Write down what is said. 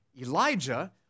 Elijah